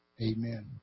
amen